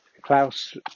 Klaus